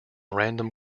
random